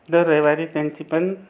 दर रविवारी त्यांची पण